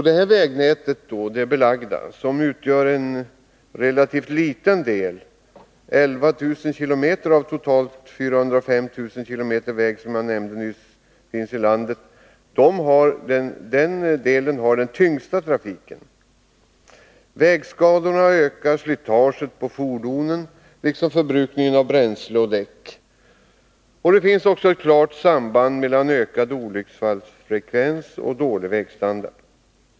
Detta vägnät, som utgör en relativt liten del av vägnätet — 11 000 km av totalt 405 000 km väg i landet —, har den tyngsta trafiken. Vägskadorna ökar slitaget på fordonen liksom förbrukningen av bränsle och däck. Det finns också ett klart samband mellan ökad olycksfallsfrekvens och dålig vägstandard.